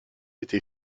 été